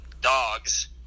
dogs